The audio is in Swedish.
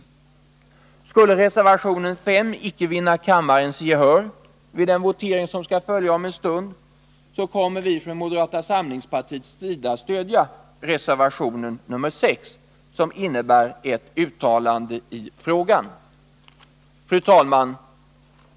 Skulle 19 november 1980 reservation 5 icke vinna kammarens gehör vid den votering som skall följa om en stund, kommer vi från moderata samlingspartiets sida att stödja Vissa grundlagsreservation 6, som innebär ett uttalande i frågan. Fru talman!